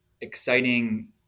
exciting